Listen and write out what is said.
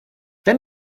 wenn